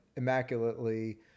immaculately